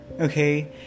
okay